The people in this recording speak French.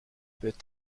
peut